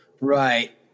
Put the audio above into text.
Right